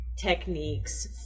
Techniques